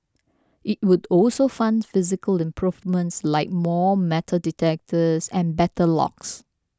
it would also fund physical improvements like more metal detectors and better locks